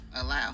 Allow